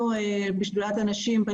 בשדולת הנשים אנחנו